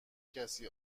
کسی